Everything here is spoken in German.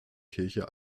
kirche